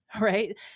right